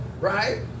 Right